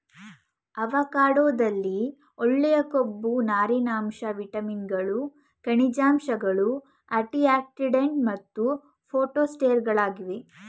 ಅವಕಾಡೊದಲ್ಲಿ ಒಳ್ಳೆಯ ಕೊಬ್ಬು ನಾರಿನಾಂಶ ವಿಟಮಿನ್ಗಳು ಖನಿಜಾಂಶಗಳು ಆಂಟಿಆಕ್ಸಿಡೆಂಟ್ ಮತ್ತು ಫೈಟೊಸ್ಟೆರಾಲ್ಗಳಿವೆ